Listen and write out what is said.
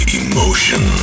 emotion